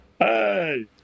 Hey